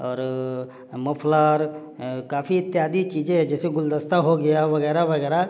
और मफलर काफ़ी इत्यादी चीजे जैसे गुल्दस्ता हो गया वगैरह वगैरह